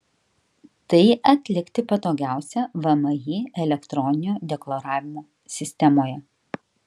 tai atlikti patogiausia vmi elektroninio deklaravimo sistemoje